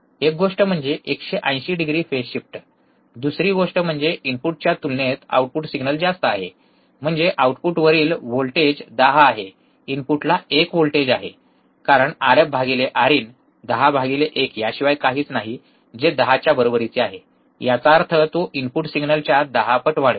एक गोष्ट म्हणजे 180 डिग्री फेज शिफ्ट दुसरी गोष्ट म्हणजे इनपुटच्या तुलनेत आउटपुट सिग्नल जास्त आहे म्हणजे आउटपुटवरील व्होल्टेज 10 आहे इनपुटला व्होल्टेज 1 आहे कारण R F R in Rf Rin 101 याशिवाय काहीच नाही जे 10 च्या बरोबरीचे आहे याचा अर्थ तो इनपुट सिग्नलच्या 10 पट वाढवेल